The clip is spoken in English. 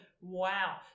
Wow